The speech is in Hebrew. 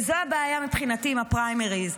וזו הבעיה מבחינתי עם הפריימריז.